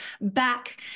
back